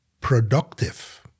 productive